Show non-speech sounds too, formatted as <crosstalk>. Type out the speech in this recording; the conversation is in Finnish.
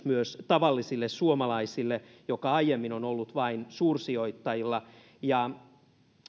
<unintelligible> myös tavallisille suomalaisille samanlainen mahdollisuus joka aiemmin on ollut vain suursijoittajilla